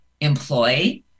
employ